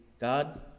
God